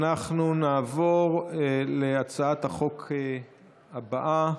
אנחנו נעבור להצעת החוק הבאה,